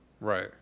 Right